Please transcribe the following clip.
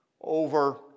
over